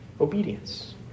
obedience